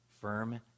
firm